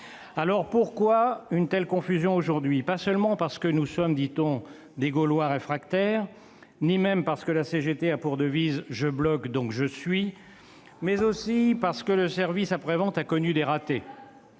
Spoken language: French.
Alors, pourquoi une telle confusion aujourd'hui ? Pas seulement parce que nous sommes, dit-on, des « Gaulois réfractaires » ni même parce que la CGT a pour devise « Je bloque, donc je suis », mais aussi parce que le service après-vente a connu des ratés.